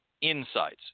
insights